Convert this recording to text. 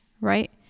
right